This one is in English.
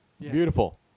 beautiful